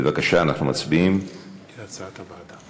בבקשה, אנחנו מצביעים, כהצעת הוועדה,